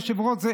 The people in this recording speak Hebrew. היושב-ראש,